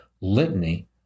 litany